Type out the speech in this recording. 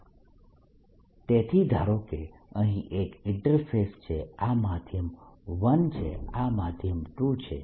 Dfree D 2 D 1free તેથી ધારો કે અહીં એક ઇન્ટરફેસ છે આ માધ્યમ 1 છે આ માધ્યમ 2 છે